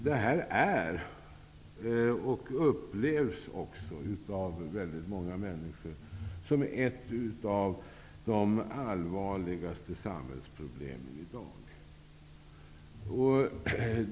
Det här är och upplevs också av väldigt många människor som ett av de allvarligaste samhällsproblemen i dag.